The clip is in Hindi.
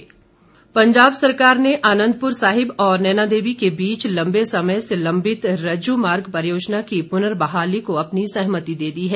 मुख्यमंत्री पंजाब सरकार ने आनन्दपुर साहिब और नैनादेवी के बीच लम्बे समय से लम्बित रज्जुमार्ग परियोजना की पुर्नबहाली को अपनी सहमति दे दी है